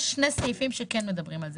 יש שני סעיפים שכן מדברים על זה.